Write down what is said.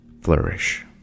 flourish